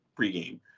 pregame